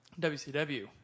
WCW